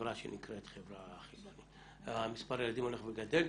בחברה שנקראת חברה חילונית מספר הילדים הולך וגדל.